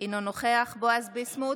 אינו נוכח בועז ביסמוט,